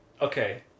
Okay